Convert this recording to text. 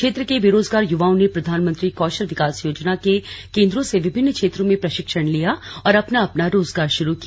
क्षेत्र के बेरोजगार युवाओं ने प्रधानमंत्री कौशल विकास योजना के केंद्रों से विभिन्न क्षेत्रों में प्रशिक्षण लिया और अपना अपना रोजगार शुरु किया